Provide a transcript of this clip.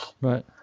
Right